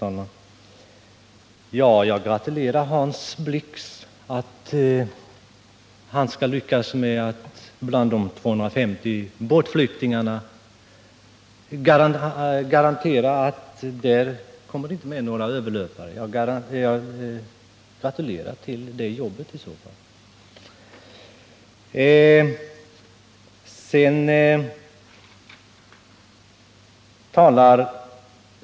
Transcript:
Herr talman! Jag gratulerar Hans Blix, som kan garantera att det bland de 250 båtflyktingarna inte kommer med några överlöpare.